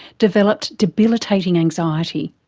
developed debilitating anxiety.